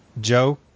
Joe